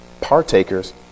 partakers